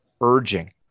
urging